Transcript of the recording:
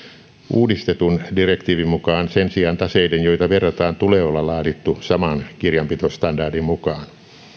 uudistetun direktiivin mukaan sen sijaan taseiden joita verrataan tulee olla laadittu saman kirjanpitostandardin mukaan